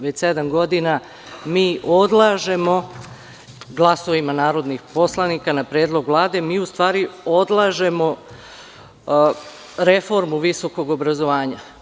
Već sedam godina mi odlažemo, glasovima narodnih poslanika, na predlog Vlade, mi u stvari odlažemo reformu visokog obrazovanja.